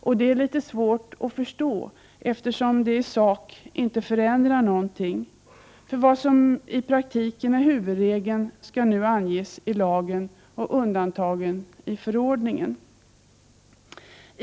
Detta är litet svårt att förstå, eftersom det i sak inte förändrar någonting, för vad som i praktiken är huvudregel skall nu anges i lagen och undantagen i förordningen.